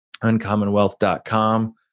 uncommonwealth.com